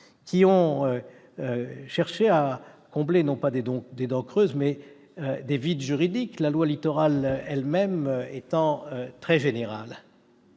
ont cherché à combler, non pas des dents creuses, mais des vides juridiques. La loi Littoral, elle-même, est très générale.